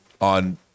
on